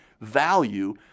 value